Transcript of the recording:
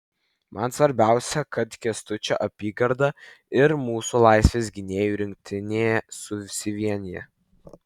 man svarbiausia kad kęstučio apygarda ir mūsų laisvės gynėjų rinktinė susivienija